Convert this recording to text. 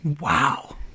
Wow